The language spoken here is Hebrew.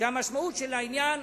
והמשמעות של העניין היא